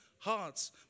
hearts